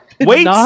Wait